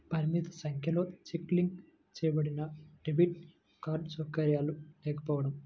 పరిమిత సంఖ్యలో cheque link చేయబడినడెబిట్ కార్డ్ సౌకర్యాలు లేకపోవడం